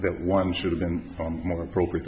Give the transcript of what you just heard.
that one should have been more appropriate